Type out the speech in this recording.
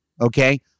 Okay